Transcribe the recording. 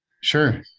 Sure